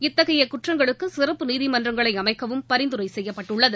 இத்தகைய குற்றங்களுக்கு சிறப்பு நீதிமன்றங்களை அமைக்கவும் பரிந்துரை செய்யப்பட்டுள்ளது